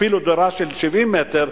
אפילו דירה של 70 מטר,